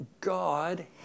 God